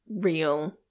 real